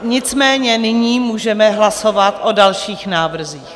Nicméně nyní můžeme hlasovat o dalších návrzích.